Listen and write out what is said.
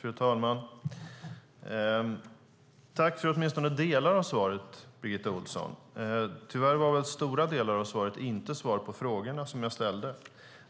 Fru talman! Jag tackar för åtminstone delar av svaret, Birgitta Ohlsson. Tyvärr var stora delar av svaret inte svar på frågorna jag ställde.